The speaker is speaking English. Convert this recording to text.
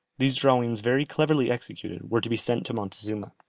these drawings very cleverly executed, were to be sent to montezuma.